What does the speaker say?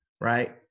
right